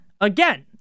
again